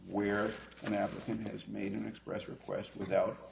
where an african has made an express request with out